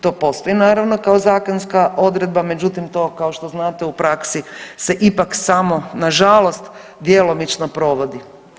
To postoji naravno kao zakonska odredba međutim to kao što znate u praksi se ipak samo nažalost djelomično provodi.